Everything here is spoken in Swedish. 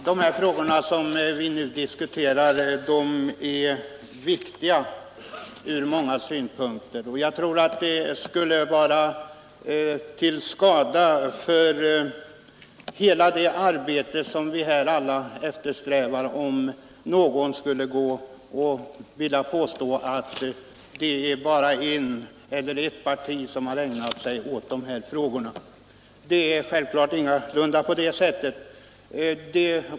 Herr talman! De frågor vi nu diskuterar är viktiga ur många synpunkter, och jag tror att det skulle vara till skada för hela det arbete som vi alla eftersträvar, om någon skulle vilja påstå att bara ett parti har ägnat sitt intresse åt dessa frågor. Det är ingalunda på det sättet.